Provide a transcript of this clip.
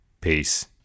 Peace